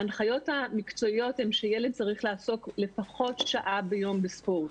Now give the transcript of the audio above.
ההנחיות המקצועיות הן שילד צריך לעסוק לפחות שעה ביום בספורט,